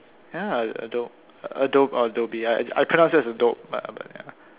ya Adobe Adobe or Adobe ya I pronounce it as Adobe but ya